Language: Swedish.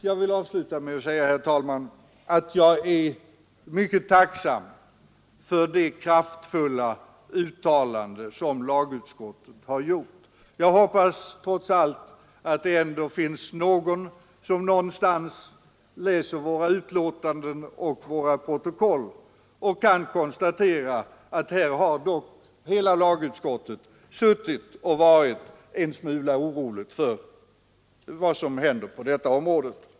Jag vill avsluta mitt anförande, herr talman, med att framhålla att jag är mycket tacksam för det kraftfulla uttalande som lagutskottet har gjort. Jag hoppas trots allt att det ändock finns någon som läser våra betänkanden och protokoll och kan konstatera att lagutskottet har varit en smula oroligt för vad som händer på detta område.